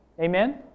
amen